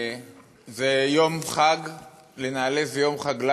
זה יום חג לנעל"ה, זה יום חג לנו.